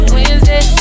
Wednesday